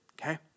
okay